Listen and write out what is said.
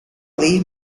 lee